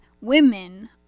Women